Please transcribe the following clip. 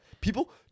People –